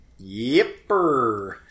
Yipper